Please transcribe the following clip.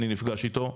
אני נפגש איתו,